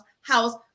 house